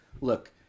Look